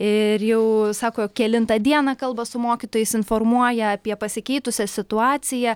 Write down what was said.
ir jau sako kelintą dieną kalba su mokytojais informuoja apie pasikeitusią situaciją